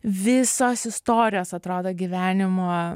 visos istorijos atrodo gyvenimo